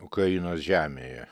ukrainos žemėje